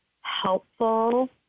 helpful